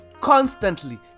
constantly